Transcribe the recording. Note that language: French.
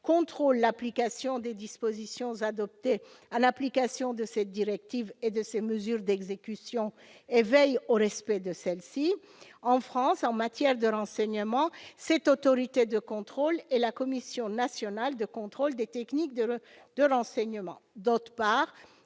contrôle l'application des dispositions adoptées en application de [cette] directive et de ses mesures d'exécution et veille au respect de celles-ci ». En France, en matière de renseignement, cette autorité de contrôle est la Commission nationale de contrôle des techniques de renseignement. D'autre part,